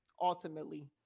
Ultimately